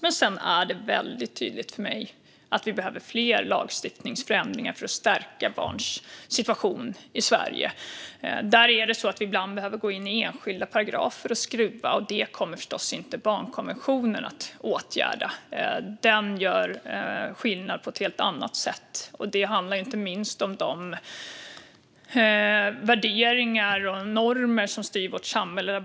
Men det är också väldigt tydligt för mig att det behövs fler lagstiftningsförändringar för att stärka barns situation i Sverige. Ibland behöver vi gå in i enskilda paragrafer och skruva, och det kommer förstås inte barnkonventionen att åtgärda. Den gör skillnad på ett helt annat sätt. Det handlar inte minst om de värderingar och normer som styr vårt samhälle.